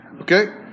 Okay